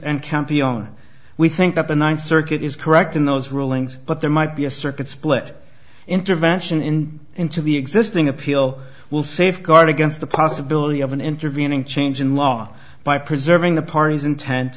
on we think that the ninth circuit is correct in those rulings but there might be a circuit split intervention in into the existing appeal will safeguard against the possibility of an intervening change in law by preserving the party's intent